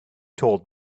told